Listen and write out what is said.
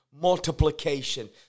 multiplication